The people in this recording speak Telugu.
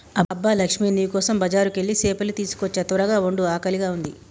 అబ్బ లక్ష్మీ నీ కోసం బజారుకెళ్ళి సేపలు తీసుకోచ్చా త్వరగ వండు ఆకలిగా ఉంది